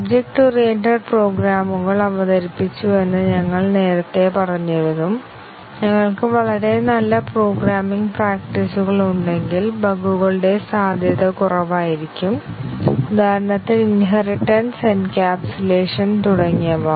object oriented പ്രോഗ്രാമുകൾ അവതരിപ്പിച്ചുവെന്ന് ഞങ്ങൾ നേരത്തെ പറഞ്ഞിരുന്നു ഞങ്ങൾക്ക് വളരെ നല്ല പ്രോഗ്രാമിംഗ് പ്രാക്ടീസുകൾ ഉണ്ടെങ്കിൽ ബഗുകളുടെ സാധ്യത കുറവായിരിക്കും ഉദാഹരണത്തിന് ഇൻഹെറിടെൻസ് എൻക്യാപ്സുലേഷൻ തുടങ്ങിയവ